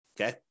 okay